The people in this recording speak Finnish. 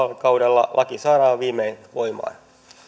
vaalikaudella laki saadaan viimein voimaan